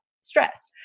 stress